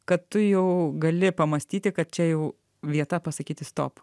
kad tu jau gali pamąstyti kad čia jau vieta pasakyti stop